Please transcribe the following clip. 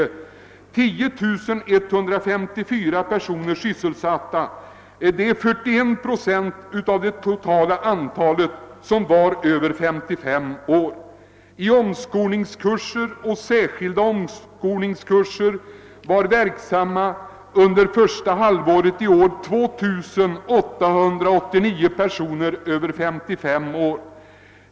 Då var 10154 personer över 55 år sysselsatta på dessa verkstäder, dvs. 41 procent av det totala antalet. På omskolningskurser och särskilda omskolningskurser deltog under första halvåret 1970 2 889 personer över 55 år.